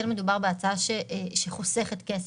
כן מדובר בהצעה שחוסכת כסף,